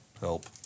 help